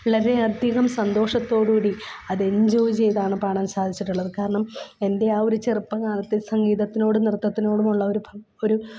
വളരെയധികം സന്തോഷത്തോടുകൂടി അത് എൻജോയ് ചെയ്താണ് പാടാൻ സാധിച്ചിട്ടുള്ളത് കാരണം എൻ്റെ ആ ഒരു ചെറുപ്പകാലത്ത് സംഗീതത്തിനോടും നൃത്തത്തിനോടുമുള്ള ഒരു ഒരു